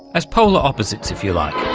as polar opposites, if you like.